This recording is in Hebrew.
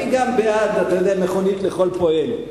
אני גם בעד, אתה יודע, מכונית לכל פועל.